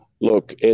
look